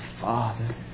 Father